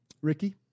Ricky